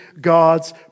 God's